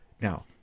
Now